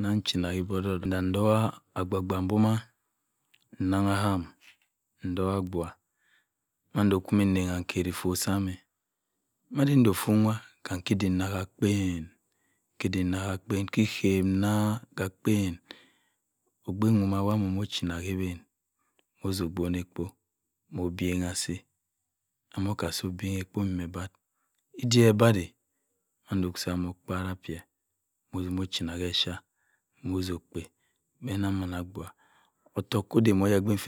Nam chinake-ebi odok-odok ntongh abuaghe mbi manghe ntoka abuaghe. Mando kwu miningh nkere iffu-sam 'm. madi-nde ofu-nwa ke-edik-nsa ka akpen kam ke-edik-nsa ka akpen. okpen wo mawanne mochina sa alewen modo gbon ekpo. mo biagha asi. amakubasi biagha ye ekpo boh. Edie. barah mawo mmo kparah pia motima china se echeh. mosm okpen beh naghe 'm abuaghe ottok ode ma oya-gbin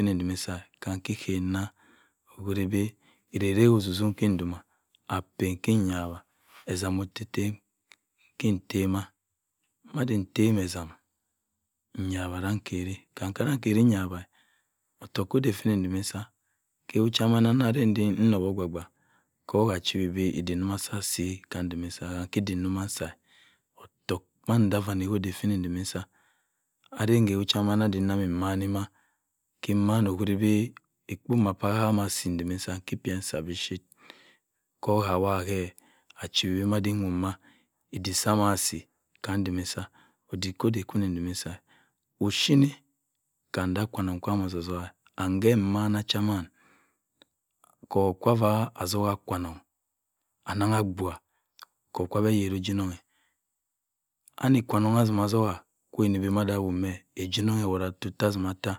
isama otim-tam kim tamah madi tem etam. nyawa kim keri. Kam kana keri nyawa ottok ode funi timi nsa ke ewu chi kam na ruwa ogba-ogba ku ki chiwibi ediek joh su ku asi kam ntimi nsa-ke beh. nsa ma chip. ko-a-wa-ke. achiwibo made. odok ode funi timi nsa ophyine kam nta kwa-onongh kwan ottok-ottok, sa emman chamina ko kwa attok kwa- nong anangh asuagha ku-kwu abeb yeri ojenong, ani yenbe aniwombhe ojenong eyor otita-atima ata